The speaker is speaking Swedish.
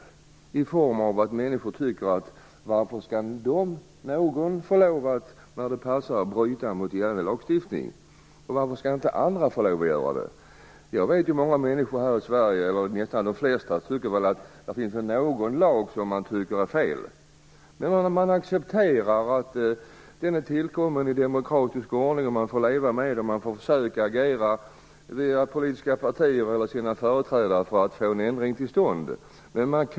Människor kan undra varför några, när det passar, skall få bryta mot gällande lagstiftning och inte andra? Jag vet att många människor här i Sverige, nästan de flesta, tycker att det finns någon lag som är felaktig. Man accepterar dock att den är tillkommen i demokratisk ordning, och att man får leva med den. Man får försöka agera via politiska partier eller via sina företrädare för att få en ändring till stånd.